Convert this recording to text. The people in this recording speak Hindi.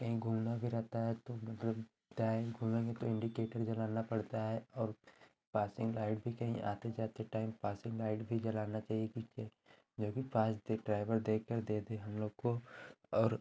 कहीं घूमना भी रहता है तो मतलब दाऍं घूमेंगे तो इन्डिकेटर जलाना पड़ता है और पासिंग लाइट भी कहीं आते जाते टाइम पासिंग लाइट भी जलाना चाहिए कि के जो भी पास दे ड्राइवर देखकर दे दे हम लोग को और